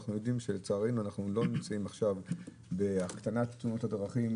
אנחנו יודעים לצערנו שאין ירידה בתאונות הדרכים,